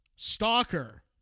Stalker